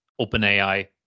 OpenAI